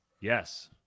Yes